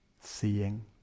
seeing